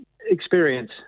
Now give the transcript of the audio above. experience